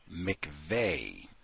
McVeigh